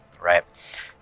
right